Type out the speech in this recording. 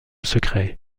secret